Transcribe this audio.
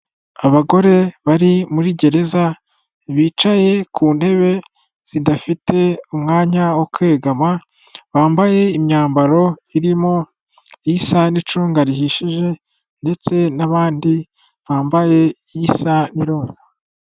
Abagore bari muri gereza bicaye ku ntebe zidafite umwanya wo kwegama, bambaye imyambaro irimo isa n'icunga rihishije ndetse n'abandi bambaye isa n'iroza.